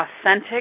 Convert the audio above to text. authentic